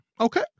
Okay